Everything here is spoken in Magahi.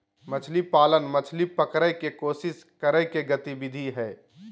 मछली पालन, मछली पकड़य के कोशिश करय के गतिविधि हइ